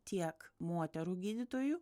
tiek moterų gydytojų